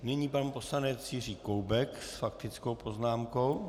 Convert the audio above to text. Nyní pan poslanec Jiří Koubek s faktickou poznámkou.